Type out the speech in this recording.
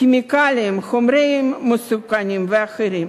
כימיקלים וחומרים מסוכנים אחרים.